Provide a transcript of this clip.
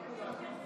חבר הכנסת ביטן,